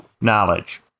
knowledge